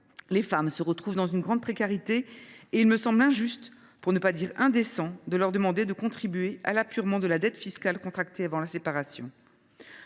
les femmes se retrouvent dans une grande précarité, et il me semble injuste, pour ne pas dire indécent, de leur demander de contribuer à l’apurement de la dette fiscale contractée avant la séparation.